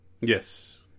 Yes